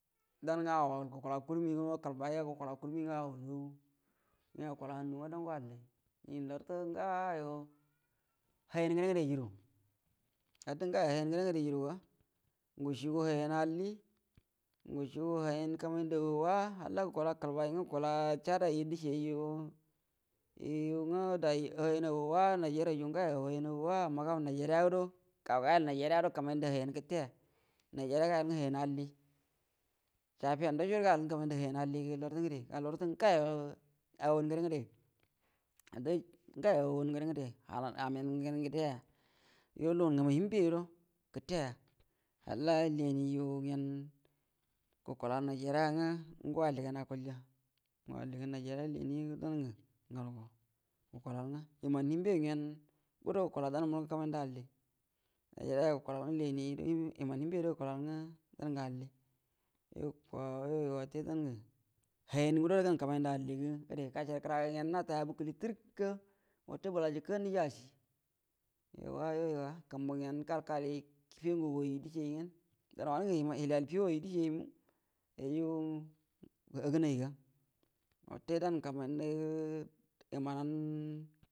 Dango ago gukula kurun watal bai gukula kurui nga hugui gagu nga gakala handu nga daugo alli lartə ngaayo liayan ngade-ngəde juru lartə ngayo layau ngəde-ngəde jarago nhashi hayau alli ngushi hayah akullu awa wa mukala kəlbai nga gukula chad ai ja dishiyayi ya nga dai hayan awa wa niger raija ngayo hayan awa wa amma gau nigeria do gau gayel nigeria do kamai ndə hayau gəteya nigeria gayal nga hayau alli jafiya adashedo gayal nga kamai ndə hayan alli gə lartə ngəde ngawa hayan ngəde-ngəde ngayo hayau ngəde-ngəde amaiu gengə teya yo luwceh ngamu gteya halla leuiyu ngen gakula nigeri nga ngu alligan akulya nga alligə nigeria leui dangə ngalge gukulal nga iman hinbe yu ngen gudo gakila dan mnungə kamai ndə alli yo gukulal age leui nga iman himbe yudo gukula nga dan gə yo kwa yoyo dau gə hayan guda dangə kan aində alli gə ngəde gashar kəraga ngen natai halbukəli təruk ga wate bəla jikə niji ashi yauwa yoyaga kumbu ngeu galkali feu ngagu waiju dishiyai nga hiliyal feu waiju dishigammu yayu hagənaiga wate dangə kaman ndə imanau.